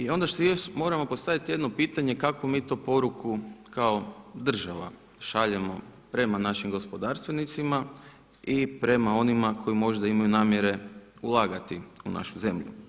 I ono što još moramo postaviti jedno pitanje kakvu mi to poruku kao država šaljemo prema našim gospodarstvenicima i prema onima koji možda imaju namjere ulagati u našu zemlju?